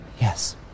Yes